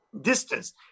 distance